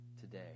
today